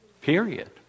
Period